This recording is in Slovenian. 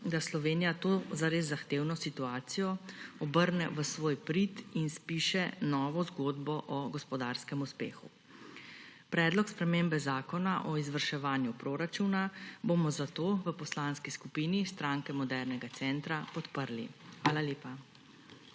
da Slovenija to zares zahtevno situacijo obrne v svoj prid in spiše novo zgodbo o gospodarskem uspehu. Predlog spremembe Zakona o izvrševanju proračuna bomo zato v Poslanski skupini Stranke modernega centra podprli. Hvala lepa.